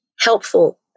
helpful